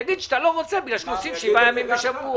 תגיד שאתה לא רוצה בגלל שנוסעים שבעה ימים בשבוע.